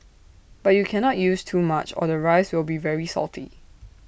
but you cannot use too much or the rice will be very salty